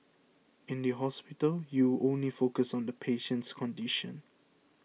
in the hospital you only focus on the patient's condition